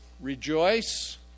Rejoice